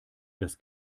das